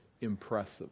impressive